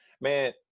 Man